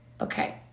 Okay